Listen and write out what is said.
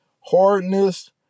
hardness